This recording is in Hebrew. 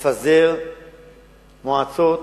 לפזר מועצות,